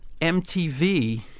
MTV